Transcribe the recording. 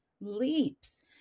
leaps